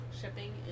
Shipping